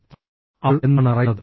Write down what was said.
അവൾ എന്താണ് പറയുന്നത്